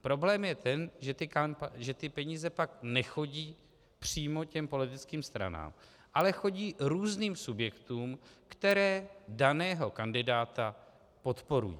Problém je ten, že ty peníze pak nechodí přímo těm politickým stranám, ale chodí různým subjektům, které daného kandidáta podporují.